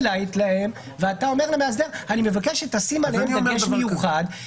high lite ואתה אומר למאסדר שאתה מבקש לשים עליהם דגש מיוחד,